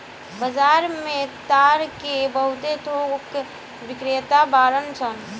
बाजार में ताड़ के बहुत थोक बिक्रेता बाड़न सन